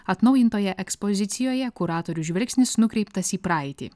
atnaujintoje ekspozicijoje kuratorių žvilgsnis nukreiptas į praeitį